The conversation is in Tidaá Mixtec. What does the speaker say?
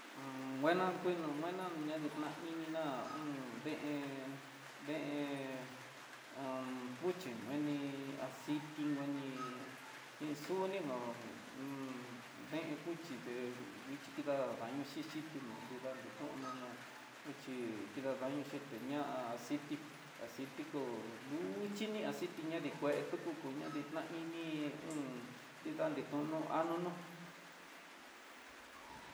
Un kuena kuino kunena ña ni nda ininá, un deen deen cuchí ngueni aciti ngueni iin xu ni ndaon un deen cuchi deen nguxhi kida'a daño xhixhiti nó nrida ni to'ño ndá kida daño xhiteña'a aciti, aciti kó duxhi ni aciti ña dikue tuku kuño dita ini iin on nrida ni tonono ha nono.